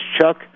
Chuck